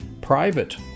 private